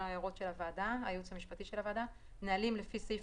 ההערות של הייעוץ המשפטי של הוועדה: (ג) נהלים לפי סעיף